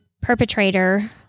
perpetrator